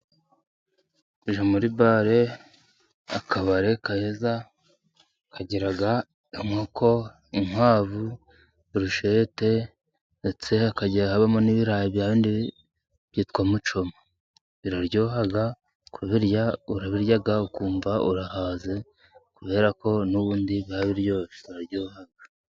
Tujya muri bale akabari keza kagira inkoko, inkwavu, burushete ndetse hakajya habamo n'ibirayi bya bindi byitwa mucoma. Biraryoha ku birya urabiryaya ukumva urahaze, kubera ko n'ubundi baba biryoshye. Biryoha.